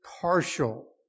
partial